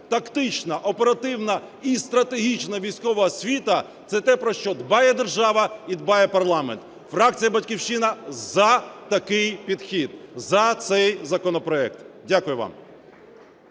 Тактична, оперативна і стратегічна військова освіта – це те, про що дбає держава і дбає парламент. Фракція "Батьківщина" за такий підхід, за цей законопроект. Дякую вам.